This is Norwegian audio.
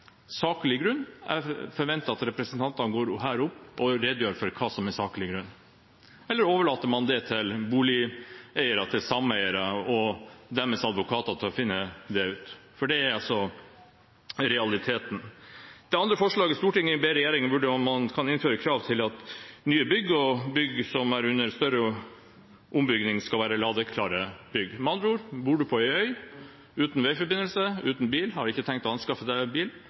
grunn» – jeg forventer at representantene går opp og redegjør for hva som er saklig grunn. Eller overlater man det til boligeiere, sameier og deres advokater å finne det ut? Det er altså realiteten. Videre til II: «Stortinget ber regjeringen vurdere hvordan man kan innføre krav til at nye bygg og bygg som underlegges større ombygginger, skal være ladeklare bygg.» Med andre ord: Bor man på en øy uten veiforbindelse, uten bil og ikke har tenkt å anskaffe seg bil,